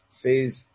says